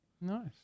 Nice